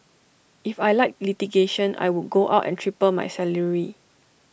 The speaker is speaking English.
if I liked litigation I would go out and triple my salary